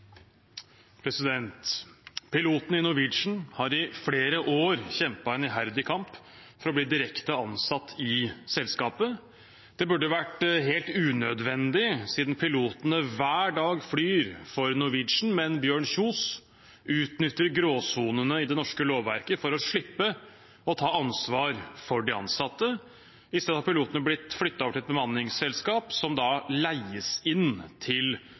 Pilotene i Norwegian har i flere år kjempet en iherdig kamp for å bli direkte ansatt i selskapet. Det burde vært helt unødvendig, siden pilotene hver dag flyr for Norwegian, men Bjørn Kjos utnytter gråsonene i det norske lovverket for å slippe å ta ansvar for de ansatte. I stedet har pilotene blitt flyttet over til et bemanningsselskap som leies inn til